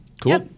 cool